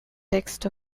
text